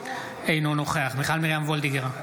אינו נוכח מיכל מרים וולדיגר,